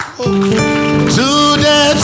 Today